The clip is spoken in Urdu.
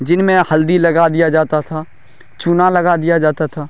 جن میں ہلدی لگا دیا جاتا تھا چونا لگا دیا جاتا تھا